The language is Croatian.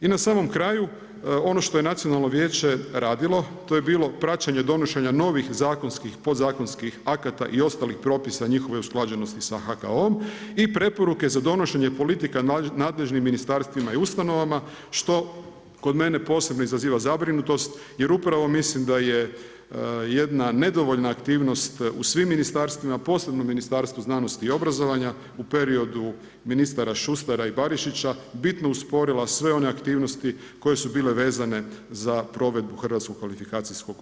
I na samom kraju, ono što je Nacionalno vijeće radilo, to je bilo praćenje donošenja novih zakonskih i podzakonskih akata i ostalih propisa njihove usklađenosti sa HKO-om i preporuke za donošenje politika nadležnim ministarstvima i ustanovama što kod mene posebno izaziva zabrinutost jer upravo mislim da je jedna nedovoljna aktivnost u svim ministarstvima, posebno Ministarstvu znanosti i obrazovanja, u periodu ministara Šustara i Barišića, bitno usporila sve one aktivnosti koje su bile vezane za provedbu HKO-a.